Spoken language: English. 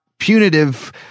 punitive